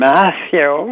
Matthew